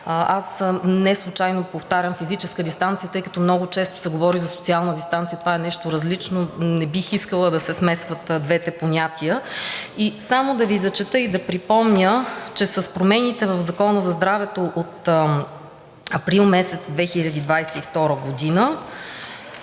Аз неслучайно повтарям „физическа дистанция“, тъй като много често се говори за „социална дистанция“. Това е нещо различно и не бих искала да се смесват двете понятия. Само да Ви зачета и да припомня, че с промените в Закона за здравето от април месец 2022 г.